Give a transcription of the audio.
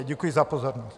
Děkuji za pozornost.